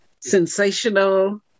sensational